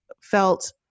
felt